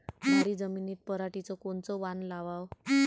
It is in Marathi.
भारी जमिनीत पराटीचं कोनचं वान लावाव?